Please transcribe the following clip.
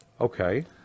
Okay